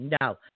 No